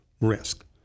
risk